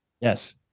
Yes